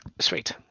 Sweet